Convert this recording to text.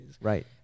right